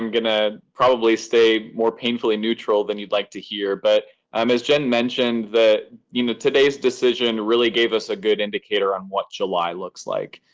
and going to probably stay more painfully neutral than you'd like to hear. but um as jen mentioned, you know, today's decision really gave us a good indicator on what july looks like.